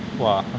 !wah!